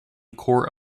court